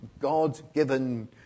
God-given